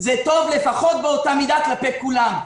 זה טוב לפחות באותה מידה כלפי כולם.